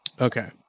Okay